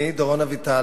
אני, דורון אביטל,